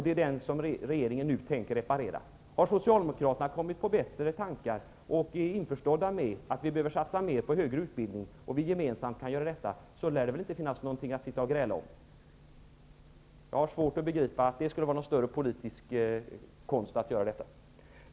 Det tänker regeringen nu reparera. Har socialdemokraterna kommit på bättre tankar och är nu införstådda med att vi behöver satsa mer på den högre utbildningen, att vi gemensamt kan göra detta, då lär det inte finnas någonting att gräla om. Jag har svårt att begripa att det skulle vara någon större politisk konst att göra det.